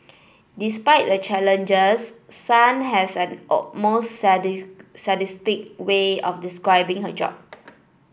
despite the challenges Sun has an almost sadistic way of describing her job